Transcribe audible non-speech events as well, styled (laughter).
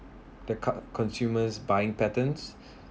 the cart consumes buying patterns (breath)